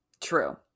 True